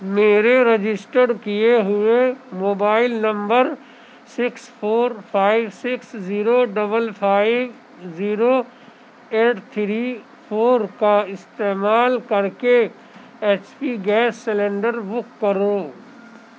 میرے رجسٹر کیے ہوئے mobile number six four five six zero double five zero eight three four کا استعمال کر کے H P gas cylinder book کرو